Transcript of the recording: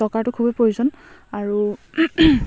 টকাৰটো খুবেই প্ৰয়োজন আৰু